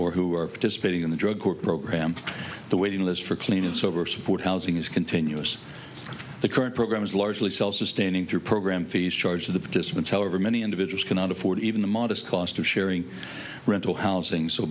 or who are participating in the drug program the waiting list for clean and sober support housing is continuous the current program is largely self sustaining through program fees charge of the participants however many individuals cannot afford even the modest cost of sharing rental housing so